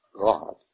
God